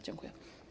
Dziękuję.